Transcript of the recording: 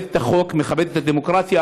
שמכבדת את החוק, מכבדת את הדמוקרטיה,